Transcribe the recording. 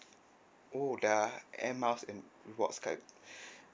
oh the air miles rewards card